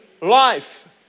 life